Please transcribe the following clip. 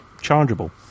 chargeable